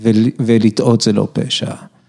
‫ולטעות זה לא פשע.